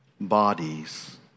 bodies